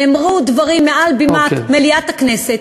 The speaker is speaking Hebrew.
נאמרו דברים מעל במת מליאת הכנסת,